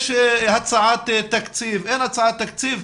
יש הצעת תקציב, אין הצעת תקציב,